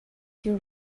your